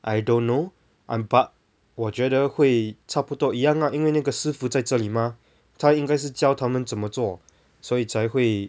I don't know ah but 我觉得会差不多一样 ah 因为那个师傅在这里 mah 他应该是教他们怎么做所以才会